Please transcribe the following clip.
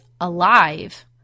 alive